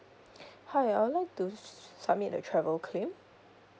hi I would like to s~ submit a travel claim